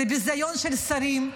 זה ביזיון של השרים,